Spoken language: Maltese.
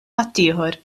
ħaddieħor